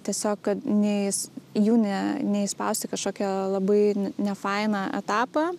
tiesiog neis jų ne ne įspausti į kažkokią labai nefainą etapą